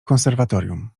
konserwatorium